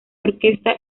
orquesta